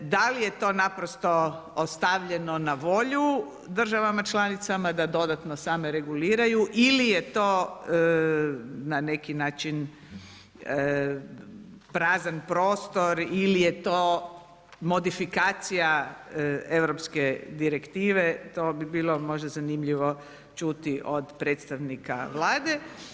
Da li je to naprosto ostavljeno na volju državama članicama da dodatno same reguliraju ili je to na neki način prazan prostor ili je to modifikacija europske direktive, to bi bilo možda zanimljivo čuti od predstavnika Vlade.